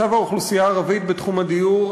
מצב האוכלוסייה הערבית בתחום הדיור,